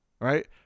Right